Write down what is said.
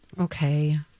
Okay